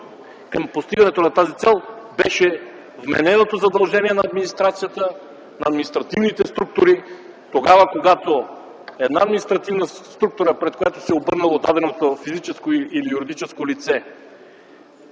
към постигането на тази цел, беше вмененото задължение на администрацията, на административните структури тогава, когато една административна структура, към която се е обърнало даденото физическо или юридическо лице,